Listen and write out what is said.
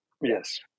Yes